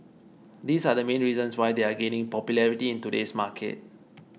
these are the main reasons why they are gaining popularity in today's market